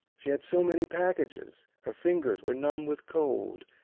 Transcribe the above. she had so many packages, her fingers were numb with cold,